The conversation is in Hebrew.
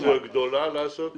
וזו עלות גדולה לבצע את זה?